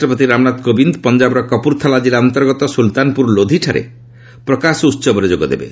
ରାଷ୍ଟ୍ରପତି ରାମନାଥ କୋବିନ୍ଦ ପଞ୍ଜାବର କପ୍ରରଥାଲା ଜିଲ୍ଲା ଅନ୍ତର୍ଗତ ସ୍କଲତାନପ୍ରର ଲୋଧିଠାରେ ପ୍ରକାଶ ଉହବରେ ଯୋଗଦେବେ